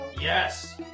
Yes